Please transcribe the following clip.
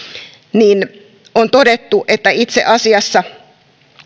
niin on todettu että itse asiassa